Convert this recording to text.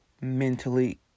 mentally